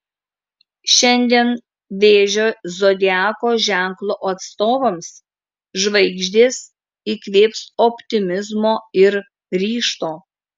šiandien vėžio zodiako ženklo atstovams žvaigždės įkvėps optimizmo ir ryžto